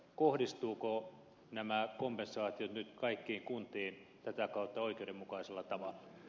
kohdistuvatko nämä kompensaatiot nyt kaikkiin kuntiin tätä kautta oikeudenmukaisella tavalla